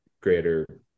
greater